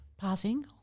passing